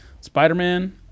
Spider-Man